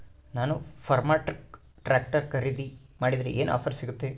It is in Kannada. ನಾನು ಫರ್ಮ್ಟ್ರಾಕ್ ಟ್ರಾಕ್ಟರ್ ಖರೇದಿ ಮಾಡಿದ್ರೆ ಏನು ಆಫರ್ ಸಿಗ್ತೈತಿ?